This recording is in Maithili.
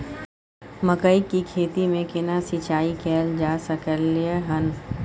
मकई की खेती में केना सिंचाई कैल जा सकलय हन?